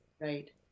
right